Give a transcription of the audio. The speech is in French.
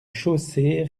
chaussée